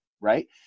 right